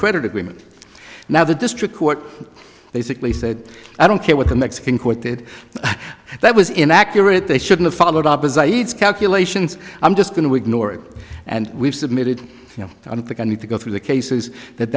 credit agreement now the district court basically said i don't care what the mexican court did that was inaccurate they shouldn't follow it up as eads calculations i'm just going to ignore it and we've submitted you know i don't think i need to go through the cases that